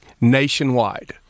nationwide